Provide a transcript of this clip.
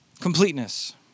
Completeness